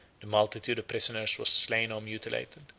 the multitude of prisoners was slain or mutilated,